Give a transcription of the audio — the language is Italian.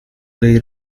dei